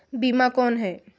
बीमा कौन है?